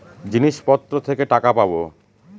জিনিসপত্র থেকে টাকা পাবো